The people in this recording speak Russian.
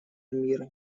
мира